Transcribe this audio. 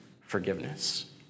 forgiveness